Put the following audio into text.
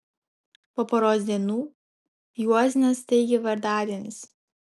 po poros dienų juozinės taigi vardadienis